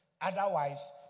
Otherwise